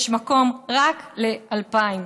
יש מקום רק ל-2,000,